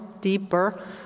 deeper